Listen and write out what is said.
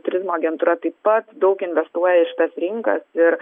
turizmo agentūra taip pat daug investuoja į šitas rinkas ir